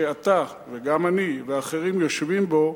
שאתה וגם אני ואחרים יושבים בו,